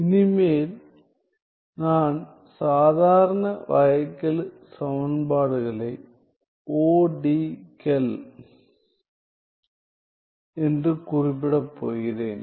இனிமேல் நான் சாதாரண வகைக்கெழு சமன்பாடுகளை ODE க்கள் என்று குறிப்பிடப் போகிறேன்